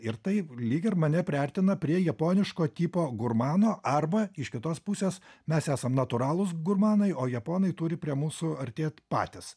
ir tai lyg ir mane priartina prie japoniško tipo gurmano arba iš kitos pusės mes esam natūralūs gurmanai o japonai turi prie mūsų artėt patys